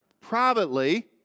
Privately